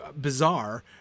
bizarre